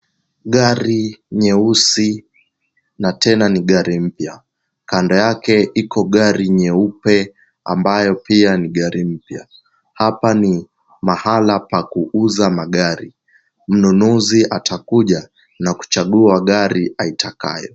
Gari nyeusi na tena ni gari mpya. Kando yake iko gari nyeupe ambayo pia ni gari mpya. Hapa ni mahala pa kuuza magari. Mnunuzi atakuja na kuchagua gari aitakayo.